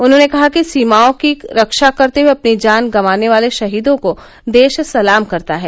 उन्होंने कहा कि सीमाओं की रक्षा करते हुए अपनी जान गंवाने वाले शहीदों को देश सलाम करता है